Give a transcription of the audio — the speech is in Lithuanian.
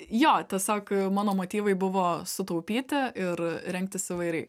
jo tiesiog mano motyvai buvo sutaupyti ir rengtis įvairiai